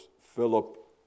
Philip